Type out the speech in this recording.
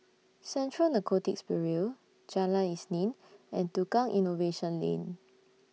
Central Narcotics Bureau Jalan Isnin and Tukang Innovation Lane